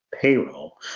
payroll